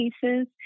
cases